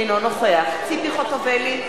אינו נוכח ציפי חוטובלי,